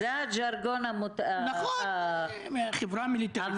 זה הז'רגון --- נכון, חברה מיליטריסטית.